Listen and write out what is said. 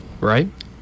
right